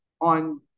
on